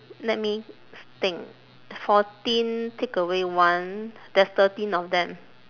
let me think fourteen take away one there's thirteen of them